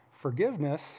Forgiveness